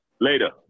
Later